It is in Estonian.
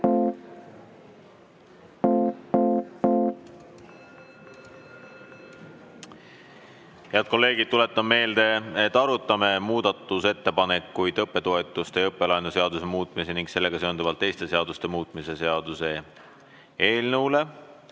Head kolleegid! Tuletan meelde, et arutame muudatusettepanekuid õppetoetuste ja õppelaenu seaduse muutmise ning sellega seonduvalt teiste seaduste muutmise seaduse eelnõule.